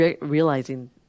realizing